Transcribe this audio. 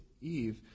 Eve